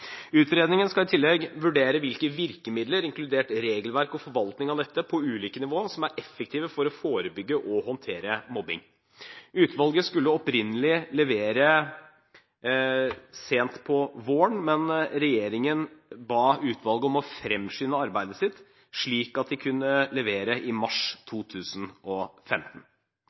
Utredningen skal i tillegg vurdere hvilke virkemidler, inkludert regelverk og forvaltning av dette på ulike nivå, som er effektive for å forebygge og håndtere mobbing. Utvalget skulle opprinnelig levere sent på våren, men regjeringen ba utvalget om å fremskynde arbeidet sitt slik at de kunne levere i mars